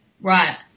Right